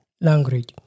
language